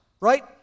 right